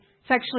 sexually